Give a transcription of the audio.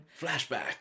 Flashback